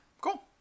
Cool